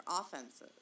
offenses